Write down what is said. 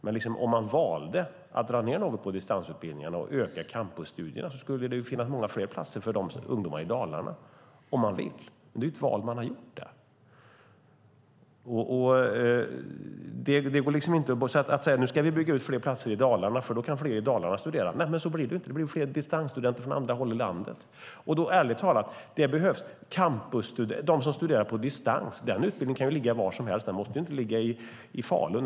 Men om man valde att dra ned något på distansutbildningarna och öka campusstudierna skulle det finnas många fler platser för ungdomar i Dalarna. Så kan man göra om man vill, men detta är ett val man har gjort. Det går inte att säga: Nu ska vi bygga ut fler platser i Dalarna, för då kan fler i Dalarna studera. Så blir det inte, utan det blir fler distansstudenter från andra håll i landet. Ärligt talat: Utbildningen för dem som studerar på distans kan ligga var som helst. Den måste inte ligga i Falun.